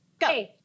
Go